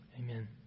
Amen